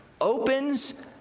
opens